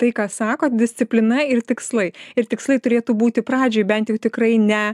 tai ką sako disciplina ir tikslai ir tikslai turėtų būti pradžioj bent jau tikrai ne